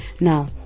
Now